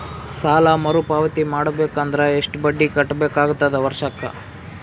ಸಾಲಾ ಮರು ಪಾವತಿ ಮಾಡಬೇಕು ಅಂದ್ರ ಎಷ್ಟ ಬಡ್ಡಿ ಕಟ್ಟಬೇಕಾಗತದ ವರ್ಷಕ್ಕ?